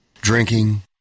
Drinking